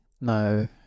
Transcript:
No